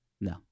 No